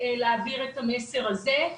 להעביר את המסר הזה.